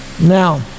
Now